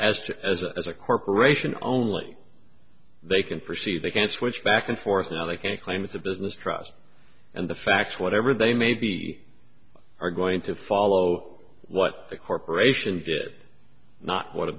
to as a as a corporation only they can perceive they can switch back and forth now they can claim with the business trust and the facts whatever they maybe are going to follow what the corporation did not what a